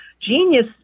genius